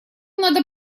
надо